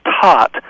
taught